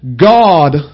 God